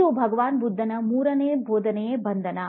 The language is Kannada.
ಇದು ಭಗವಾನ್ ಬುದ್ಧನ ಮೂರನೆಯ ಬೋಧನೆಯೇ "ಬಂಧನ"